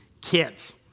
kids